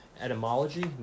etymology